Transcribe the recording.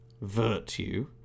virtue